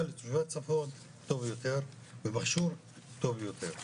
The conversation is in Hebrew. לתושבי הצפון טוב יותר ומכשור טוב יותר.